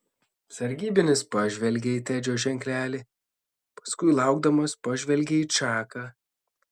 sargybinis pažvelgė į tedžio ženklelį paskui laukdamas pažvelgė į čaką